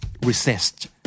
resist